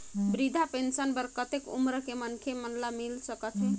वृद्धा पेंशन बर कतेक उम्र के मनखे मन ल मिल सकथे?